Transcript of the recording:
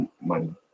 money